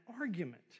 argument